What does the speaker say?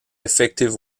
effective